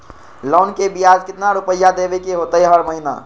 Loan के ब्याज कितना रुपैया देबे के होतइ हर महिना?